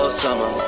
summer